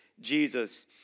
Jesus